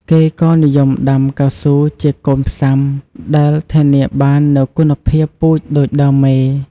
គេក៏និយមដាំកៅស៊ូជាកូនផ្សាំ ដែលធានាបាននូវគុណភាពពូជដូចដើមមេ។